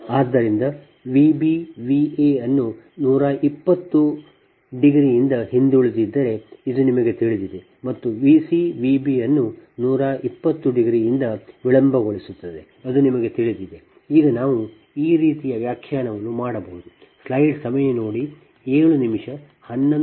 ಆದ್ದರಿಂದ V b V a ಅನ್ನು 120 ನಿಂದ ಹಿಂದುಳಿದಿದ್ದರೆ ಇದು ನಿಮಗೆ ತಿಳಿದಿದೆ ಮತ್ತು V c V b ಅನ್ನು 120 ನಿಂದ ವಿಳಂಬಗೊಳಿಸುತ್ತದೆ ಅದು ನಿಮಗೆ ತಿಳಿದಿದೆ ಆಗ ನಾವು ಈ ರೀತಿಯ ವ್ಯಾಖ್ಯಾನವನ್ನು ಮಾಡಬಹುದು